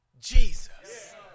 Jesus